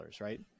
right